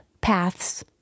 paths